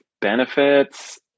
benefits